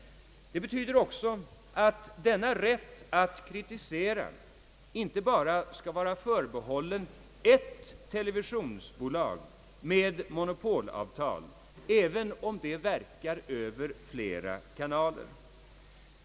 Det betyder att denna rätt att kritisera inte bara skall vara förbehållen ett enda televisionsbolag med monopolavtal även om det verkar över flera kanaler.